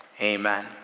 Amen